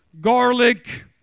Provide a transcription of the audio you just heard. garlic